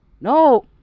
No